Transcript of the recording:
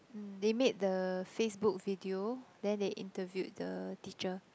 mm they made the Facebook video then they interviewed the teacher